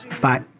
Bye